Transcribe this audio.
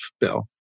Bill